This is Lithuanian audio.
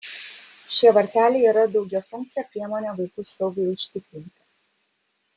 šie varteliai yra daugiafunkcė priemonė vaikų saugai užtikrinti